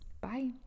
Bye